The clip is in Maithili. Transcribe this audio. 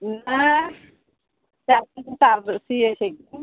नहि सियैत छै